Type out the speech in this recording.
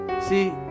See